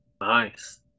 nice